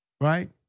right